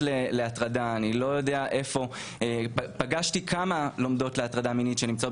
הלומדות פגשתי כמה לומדות למניעת הטרדה מינית שנמצאות